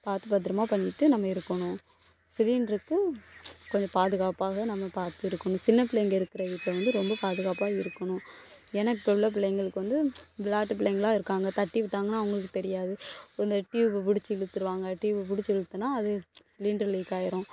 பார்த்து பத்தரமாக பண்ணிகிட்டு நம்ம இருக்கணும் சிலிண்ட்ருக்கும் கொஞ்சம் பாதுகாப்பாக நம்ம பார்த்து இருக்கணும் சின்னப்பிள்ளைங்கள் இருக்கிற வீட்டில் வந்து ரொம்ப பாதுகாப்பாக இருக்கணும் ஏன்னா இப்போ உள்ள பிள்ளைகளுக்கு வந்து விளையாட்டு பிள்ளைங்களாக இருக்காங்க தட்டி விட்டாங்கன்னா அவங்களுக்கு தெரியாது இந்த ட்யூப்பை பிடிச்சி இழுத்துருவாங்க ட்யூப்பை பிடிச்சி இழுத்துனா அது சிலிண்ட்ரு லீக் ஆயிரும்